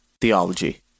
Theology